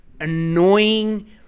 annoying